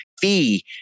fee